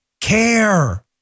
care